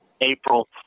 April